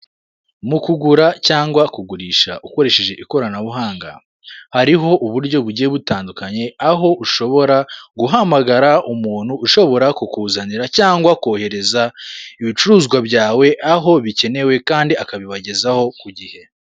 Mu kugura cyangwa kugurisha ukoresheje ikoranabuhanga, hariho uburyo bugiye butandukanye aho ushobora guhamagara umuntu ushobora kukuzanira cyangwa kohereza ibicuruzwa byawe aho bikenewe kandi akabibagezaho ku gihe.